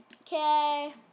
Okay